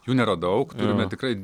jų nėra daug bet tikrai